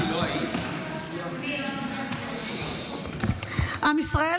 עם ישראל,